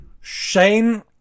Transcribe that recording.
Shane